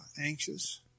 anxious